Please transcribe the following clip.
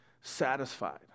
satisfied